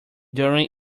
during